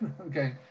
Okay